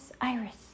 iris